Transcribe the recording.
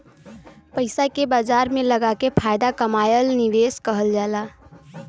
पइसा के बाजार में लगाके फायदा कमाएल निवेश कहल जाला